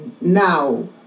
now